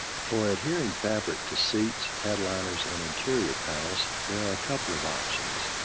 for adhering fabric to seat, headliners, and interior panels, there are a couple of options.